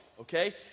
okay